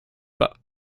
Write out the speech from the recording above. pas